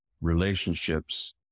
relationships